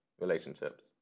relationships